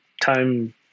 time